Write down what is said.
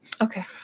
Okay